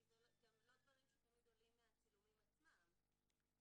כי לא תמיד הדברים עולים מהצילומים עצמם.